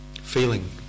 feeling